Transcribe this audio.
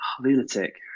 Lunatic